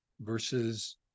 versus